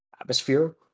atmosphere